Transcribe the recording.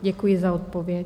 Děkuji za odpověď.